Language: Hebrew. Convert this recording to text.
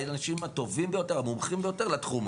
האנשים הטובים ביותר,